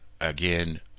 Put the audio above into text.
again